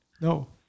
No